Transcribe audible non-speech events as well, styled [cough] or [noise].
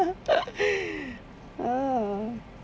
[laughs] oh